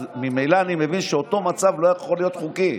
ממילא אני מבין שאותו מצב לא יכול להיות חוקי,